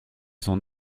son